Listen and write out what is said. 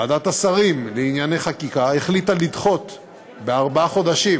ועדת השרים לענייני חקיקה החליטה לדחות בארבעה חודשים